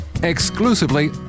exclusively